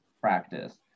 practice